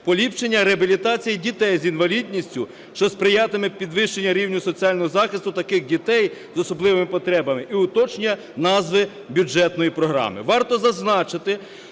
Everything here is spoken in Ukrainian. поліпшення реабілітації дітей з інвалідністю, що сприятиме підвищенню рівня соціального захисту таких дітей з особливими потребами і уточнює назву бюджетної програми.